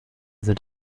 sind